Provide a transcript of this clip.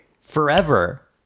forever